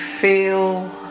feel